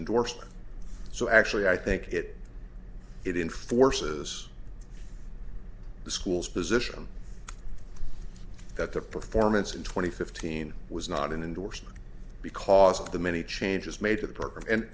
indorsement so actually i think it it in forces the school's position that the performance in twenty fifteen was not an endorsement because of the many changes made to the program